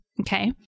Okay